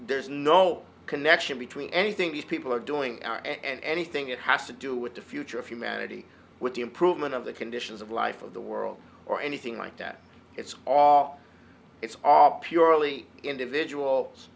there's no connection between anything these people are doing are and anything it has to do with the future of humanity with the improvement of the conditions of life of the world or anything like that it's all it's all purely individuals